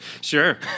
sure